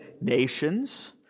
nations